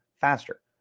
faster